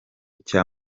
cya